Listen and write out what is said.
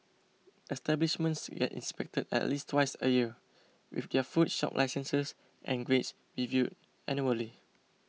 establishments get inspected at least twice a year with their food shop licences and grades reviewed annually